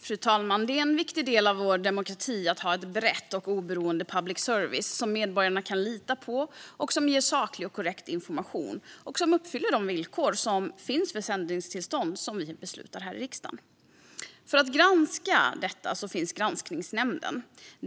Fru talman! Det är en viktig del av vår demokrati att ha ett brett och oberoende public service som medborgarna kan lita på och som ger saklig och korrekt information och uppfyller de villkor för sändningstillstånd som vi beslutar här i riksdagen. För att granska detta finns granskningsnämnden.